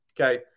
Okay